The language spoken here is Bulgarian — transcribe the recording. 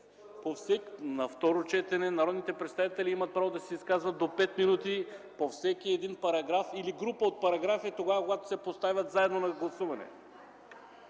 На второ четене народните представители имат право да се изказват до 5 минути по всеки един параграф или група от параграфи тогава, когато се поставят заедно на гласуване.